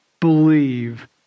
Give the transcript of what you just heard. believe